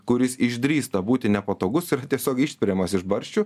kuris išdrįsta būti nepatogus tiesiog išspiriamas iš barščių